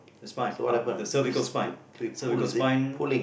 this spine uh the cervical spine cervical spine